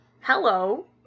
Hello